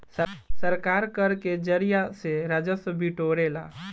सरकार कर के जरिया से राजस्व बिटोरेला